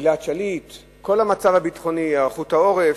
גלעד שליט, כל המצב הביטחוני, היערכות העורף,